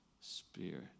Spirit